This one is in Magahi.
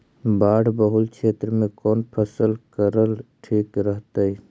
बाढ़ बहुल क्षेत्र में कौन फसल करल ठीक रहतइ?